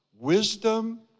Wisdom